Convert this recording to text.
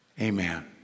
Amen